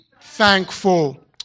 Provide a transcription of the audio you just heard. thankful